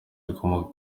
rikomoka